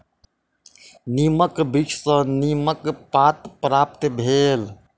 नीमक वृक्ष सॅ नीमक पात प्राप्त भेल